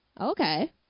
okay